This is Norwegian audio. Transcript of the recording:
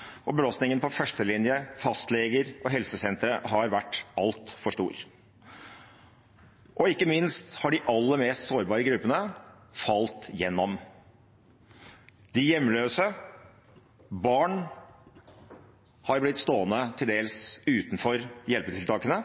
og akuttmottak, og belastningen på førstelinjen, fastleger og helsesentre har vært altfor stor. Ikke minst har de aller mest sårbare gruppene falt igjennom. De hjemløse og barn har blitt stående til dels utenfor hjelpetiltakene,